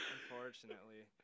Unfortunately